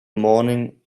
morning